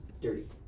dirty